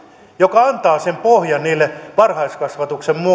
joka antaa sen pohjan varhaiskasvatuksen